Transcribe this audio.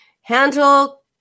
handle